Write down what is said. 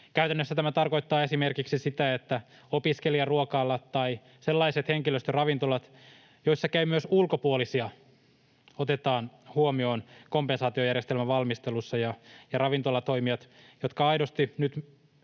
Käytännössä tämä tarkoittaa esimerkiksi sitä, että opiskelijaruokalat tai sellaiset henkilöstöravintolat, joissa käy myös ulkopuolisia, otetaan huomioon kompensaatiojärjestelmän valmistelussa ja ravintolatoimijat, jotka aidosti nyt